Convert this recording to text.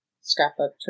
scrapbook